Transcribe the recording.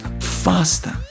faster